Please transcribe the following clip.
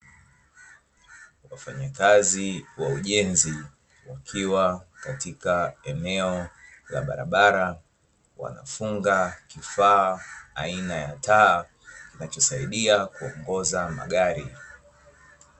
Wafanyakazi wa ujenzi wakiwa katika eneo la barabara, wanafunga kifaa aina ya taa kinachosaidia kuongoza magari.